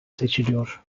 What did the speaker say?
seçiliyor